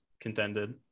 contended